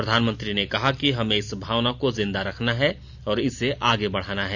प्रधानमंत्री ने कहा कि हमें इस भावना को जिंदा रखना है और इसे आगे बढ़ाना है